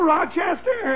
Rochester